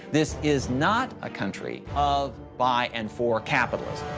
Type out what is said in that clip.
this is not a country of, by, and for capitalism.